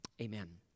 amen